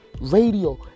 Radio